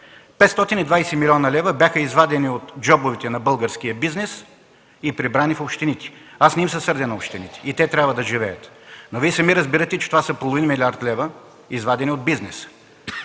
милиона лева бяха извадени от джобовете на българския бизнес и прибрани в общините. Не се сърдя на общините, те също трябва да живеят. Но Вие разбирате, че това са половин милиард лева, извадени от бизнеса,